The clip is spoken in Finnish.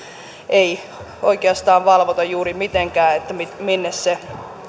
ei oikeastaan valvota juuri mitenkään minne se